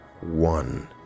one